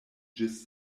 ĝis